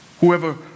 Whoever